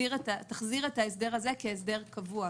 שתחזיר את זה כהסדר קבוע.